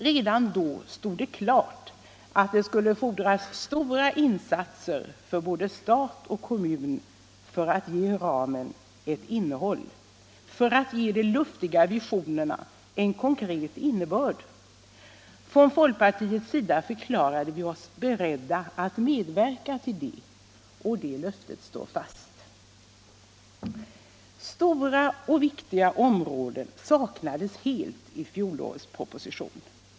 Redan då stod det klart att det skulle fordras stora insatser från både stat och kommun för att ge ramen ett innehåll, för att ge de luftiga visionerna en konkret innebörd. Från folkpartiets sida förklarade vi oss beredda att medverka till det, och det löftet står fast. Stora och viktiga områden saknades helt i fjolårets proposition.